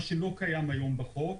זה לא קיים היום בחוק.